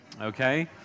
Okay